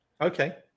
okay